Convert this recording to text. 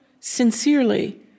sincerely